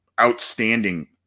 outstanding